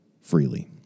freely